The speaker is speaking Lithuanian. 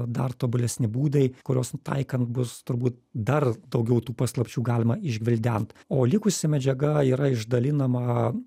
dar tobulesni būdai kuriuos taikant bus turbūt dar daugiau tų paslapčių galima išgvildent o likusi medžiaga yra išdalinama